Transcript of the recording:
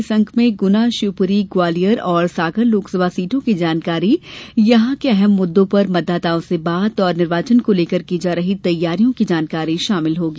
इस अंक में गुना शिवपुरी ग्वालियर और सागर लोकसभा सीटों की जानकारी यहां के अहम मुद्दों पर मतदाताओं से बात और निर्वाचन को लेकर की जा रही तैयारियों की जानकारी शामिल होगी